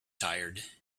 tired